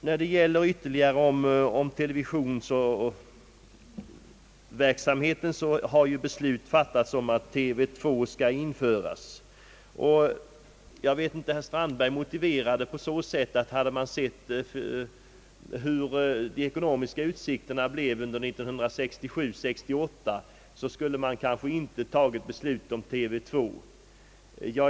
När det gäller televisionsverksamheten i övrigt har ju beslut fattats om att TV 2 skall införas. Herr Strandberg ansåg att om vi hade vetat hur de ekonomiska förutsättningarna skulle bli under budgetåret 1967/68 så skulle vi kanske inte ha fattat beslutet om TV 2.